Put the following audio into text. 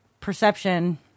perception